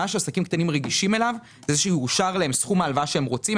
הם יותר רגישים לזה שיאושר להם סכום ההלוואה שהם רוצים.